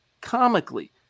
Comically